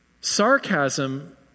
Sarcasm